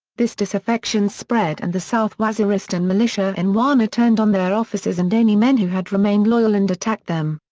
this disaffection spread and the south waziristan militia in wana turned on their officers and any men who had remained loyal and attacked them.